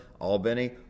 Albany